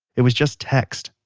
it was just text,